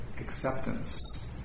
acceptance